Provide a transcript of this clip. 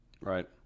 Right